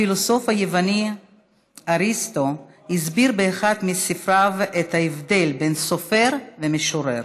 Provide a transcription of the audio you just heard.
הפילוסוף היווני אריסטו הסביר באחד מספריו את ההבדל בין סופר למשורר.